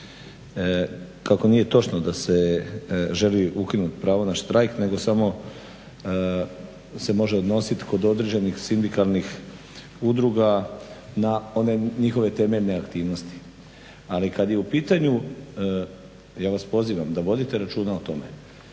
kako nije točno da se želi ukinuti pravo na štrajk, nego samo se može odnosit kod određenih sindikalnih udruga na one njihove temeljne aktivnosti. Ali kad u pitanju, ja vas pozivam da vodite računa o tome.